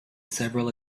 several